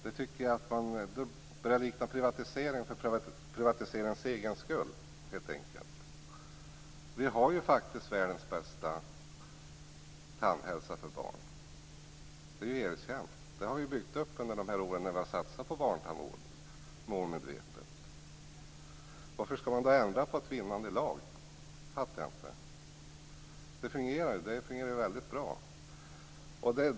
Jag tycker att det börjar likna privatisering för privatiseringens egen skull. Vi har världens bästa tandhälsa bland barn - det är erkänt. Det har vi byggt upp under de år när vi målmedvetet har satsat på barntandvården. Varför skall man ändra på ett vinnande lag? Det fattar jag inte. Det fungerar väldigt bra nu.